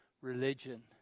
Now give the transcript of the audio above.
religion